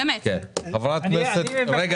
חברת הכנסת זועבי,